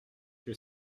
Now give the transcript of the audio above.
que